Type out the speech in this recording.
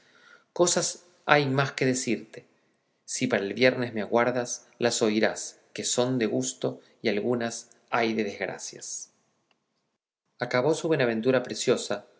cosas hay más que decirte si para el viernes me aguardas las oirás que son de gusto y algunas hay de desgracias acabó su buenaventura preciosa